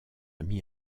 mis